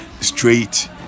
straight